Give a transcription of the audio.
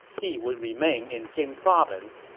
he would remain in jing province.